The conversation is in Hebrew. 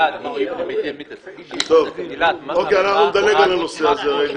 נדלג על הנושא הזה.